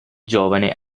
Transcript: giovane